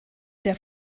der